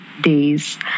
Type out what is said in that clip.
days